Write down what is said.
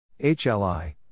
HLI